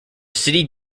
city